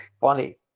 funny